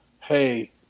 Hey